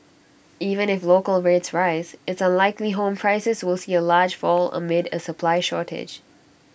even if local rates rise it's unlikely home prices will see A large fall amid A supply shortage